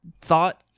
thought